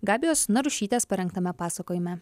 gabijos narušytės parengtame pasakojime